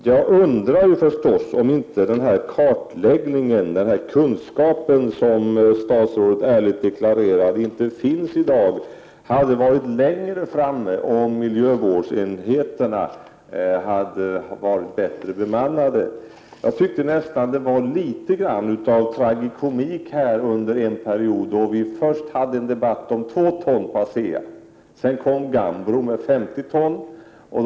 Jag undrar förstås om inte kartläggningen, och den kunskap som statsrådet ärligt deklarerade inte finns i dag, hade befunnit sig på ett annat stadium om miljövårdsenheterna hade varit bättre bemannade. Jag tyckte nästan det var litet tragikomiskt under en period då vi först hade en debatt om 2 ton utsläpp på ASEA. Sedan kom Gambro med 50 ton utsläpp.